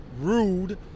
rude